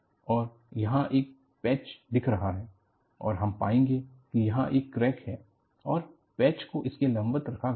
और यहां एक पैच दिख रहा है और हम पाएंगे कि यहां एक क्रैक है और पैच को उसके लंबवत रखा गया है